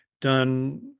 done